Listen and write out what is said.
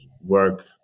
work